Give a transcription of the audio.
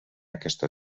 aquesta